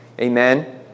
amen